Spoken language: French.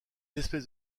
espèces